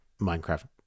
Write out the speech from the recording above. minecraft